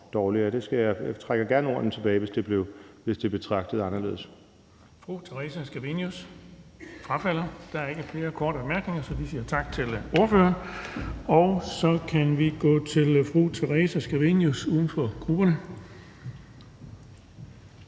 Jeg trækker gerne ordene tilbage, hvis det blev betragtet anderledes. Kl. 14:41 Den fg. formand (Erling Bonnesen): Der er ikke flere korte bemærkninger, så vi siger tak til ordføreren. Så kan vi gå til fru Theresa Scavenius, uden for grupperne.